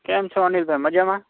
કેમ છો અનિલભાઈ મજામાં